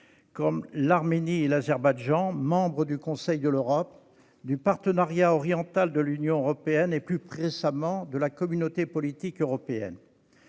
comme l'Arménie et l'Azerbaïdjan, membres du Conseil de l'Europe, du Partenariat oriental de l'Union européenne et, en vertu d'une adhésion plus récente, de la Communauté politique européenne.